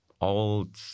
old